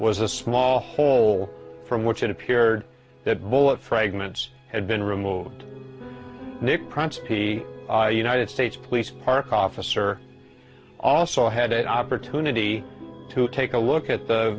was a small hole from which it appeared that bullet fragments had been removed nick prompts the united states police park officer also had an opportunity to take a look at the